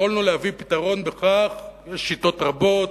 יכולנו להביא פתרון בכך, יש שיטות רבות,